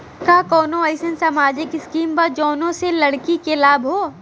का कौनौ अईसन सामाजिक स्किम बा जौने से लड़की के लाभ हो?